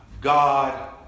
God